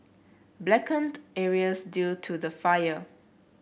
blackened areas due to the fire